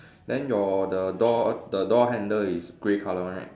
then your the door the door handle is grey colour one right